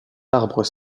arbres